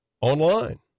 online